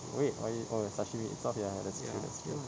wait or ye~ oh sashimi itself ya that's true that's true